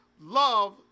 love